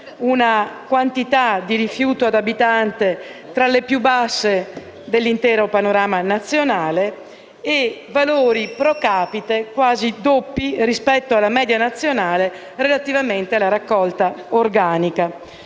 una quantità di rifiuto ad abitante tra le più basse dell'intero panorama nazionale e valori *pro capite* quasi doppi rispetto alla media nazionale, relativamente alla raccolta organica.